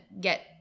get